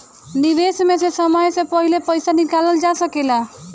निवेश में से समय से पहले पईसा निकालल जा सेकला?